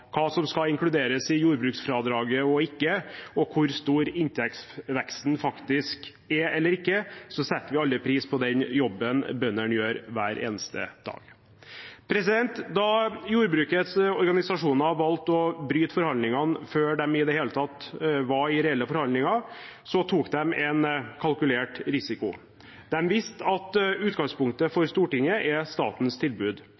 hva som skal inkluderes i jordbruksfradraget og ikke, og hvor stor inntektsveksten faktisk er eller ikke, setter vi alle pris på den jobben bøndene gjør hver eneste dag. Da jordbrukets organisasjoner valgte å bryte forhandlingene før de i det hele tatt var i reelle forhandlinger, tok de en kalkulert risiko. De visste at utgangspunktet for Stortinget er statens tilbud.